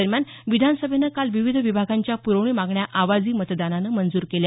दरम्यान विधान सभेनं काल विविध विभागांच्या प्रवणी मागण्या आवाजी मतदानानं मंजूर केल्या